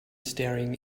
staring